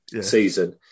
season